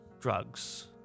drugs